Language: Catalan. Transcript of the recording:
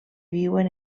viuen